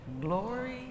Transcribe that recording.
Glory